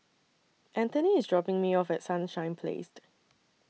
Antony IS dropping Me off At Sunshine Place